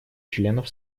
членов